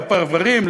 בפרברים,